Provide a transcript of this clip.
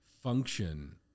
function